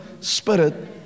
Spirit